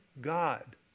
God